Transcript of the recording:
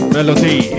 Melody